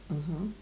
mmhmm